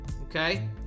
Okay